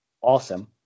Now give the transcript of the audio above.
awesome